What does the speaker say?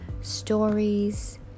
stories